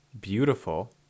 beautiful